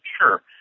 sure